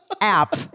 App